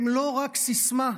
הן לא רק סיסמה.